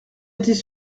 étais